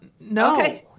No